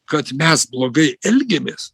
kad mes blogai elgiamės